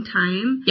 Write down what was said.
time